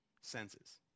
senses